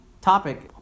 topic